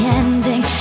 ending